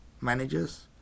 managers